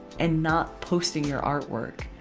and not posting your artwork.